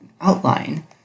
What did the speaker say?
outline